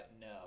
no